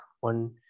one